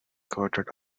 coated